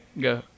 go